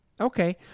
Okay